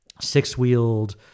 six-wheeled